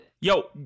Yo